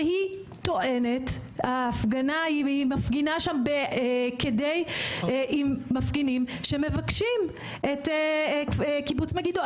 שהיא טוענת ההפגנה היא מפגינה שם עם מפגינים שמבקשים את קיבוץ מגידו,